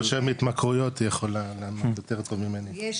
זה